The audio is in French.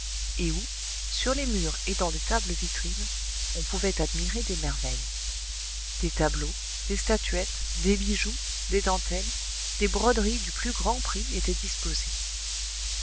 et où sur les murs et dans des tables vitrines on pouvait admirer des merveilles des tableaux des statuettes des bijoux des dentelles des broderies du plus grand prix étaient disposés